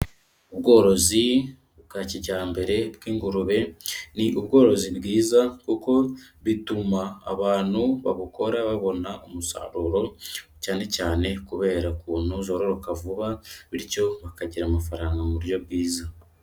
Ubworozi bwa kijyambere bw'ingurube, ni ubworozi bwiza kuko bituma abantu babukora babona umusaruro cyane cyane kubera ukuntu zororoka vuba, bityo bakagira amafaranga mu buryo bwiza.